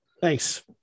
Thanks